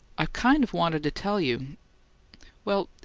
i kind of wanted to tell you well,